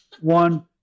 one